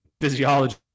physiology